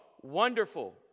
Wonderful